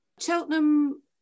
Cheltenham